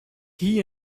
hie